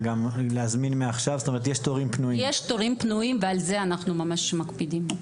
יש תורים פנויים, ועל זה אנחנו ממש מקפידים.